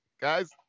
Guys